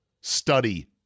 study